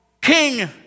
king